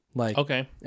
Okay